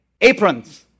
Aprons